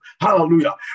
hallelujah